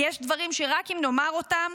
כי יש דברים שרק אם נאמר אותם,